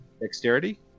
dexterity